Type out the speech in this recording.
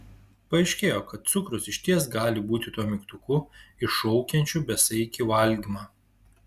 paaiškėjo kad cukrus išties gali būti tuo mygtuku iššaukiančiu besaikį valgymą